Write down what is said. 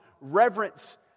reverence